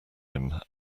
him